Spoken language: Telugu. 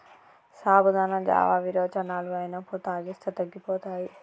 సాబుదానా జావా విరోచనాలు అయినప్పుడు తాగిస్తే తగ్గిపోతాయి